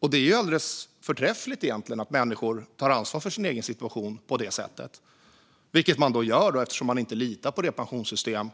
Det är egentligen alldeles förträffligt att människor tar ansvar för sin egen situation på det sättet - vilket man gör eftersom man inte litar på det pensionssystem